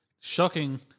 shocking